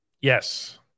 Yes